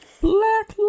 Black